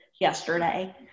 yesterday